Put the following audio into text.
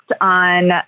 on